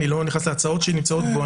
אני לא נכנס להצעות שנמצאות בו,